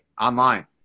online